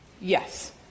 Yes